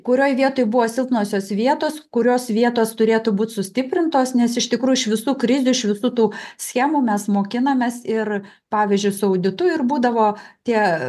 kurioj vietoj buvo silpnosios vietos kurios vietos turėtų būt sustiprintos nes iš tikrųjų iš visų krizių iš visų tų schemų mes mokinamės ir pavyzdžiui su auditu ir būdavo tie